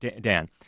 Dan